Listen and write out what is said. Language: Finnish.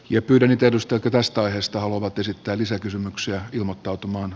ja pyytänyt edustaa tästä aiheesta haluavat esittää lisäkysymyksiä ilmottautuman